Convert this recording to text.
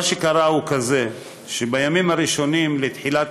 מה שקרה הוא כזה: בימים הראשונים לתחילת